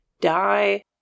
die